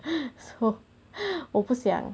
so 我不想